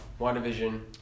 WandaVision